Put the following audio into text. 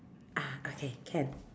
ah okay can